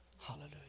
Hallelujah